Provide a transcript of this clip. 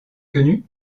quenu